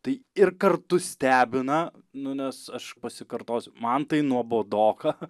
tai ir kartu stebina nu nes aš pasikartosiu man tai nuobodoka